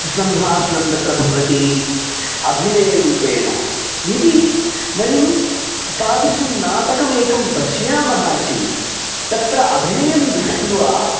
सम्भाषणं तत्र भवति अभिनयरूपेण यदि वयं तादृशं नाटकमेकं पश्यामः चेत् तत्र अभिनयं दृष्ट्वा